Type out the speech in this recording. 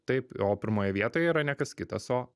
taip o pirmoj vietoj yra ne kas kitas o